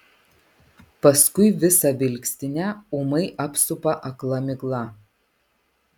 paskui visą vilkstinę ūmai apsupa akla migla